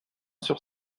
sur